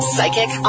Psychic